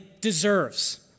deserves